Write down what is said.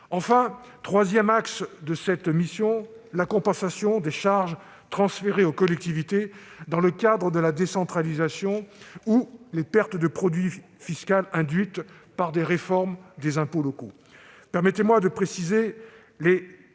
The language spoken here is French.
et dernier axe de cette mission : la compensation des charges transférées aux collectivités dans le cadre de la décentralisation ou les pertes de produit fiscal induites par des réformes des impôts locaux.